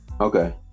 Okay